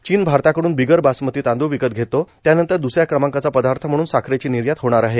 चीन भारताकडून बिगर बासमती तांदूळ विकत घेतो त्यानंतर द्सऱ्या क्रमांकाचा पदार्थ म्हणून साखरेची निर्यात होणार आहे